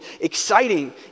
exciting